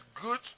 good